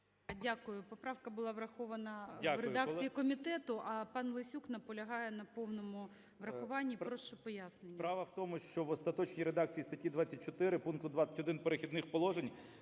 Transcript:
Дякую. Поправка була врахована в редакції комітету, а панЛесюк наполягає на повному врахуванні. Прошу, пояснення.